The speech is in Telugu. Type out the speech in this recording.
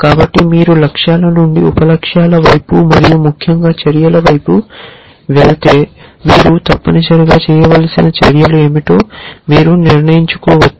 కాబట్టి మీరు లక్ష్యాల నుండి ఉప లక్ష్యాల వైపు మరియు ముఖ్యంగా చర్యల వైపు వెళితే మీరు తప్పనిసరిగా చేయవలసిన చర్యలు ఏమిటో మీరు నిర్ణయించుకోవచ్చు